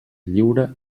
lliure